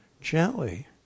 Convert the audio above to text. gently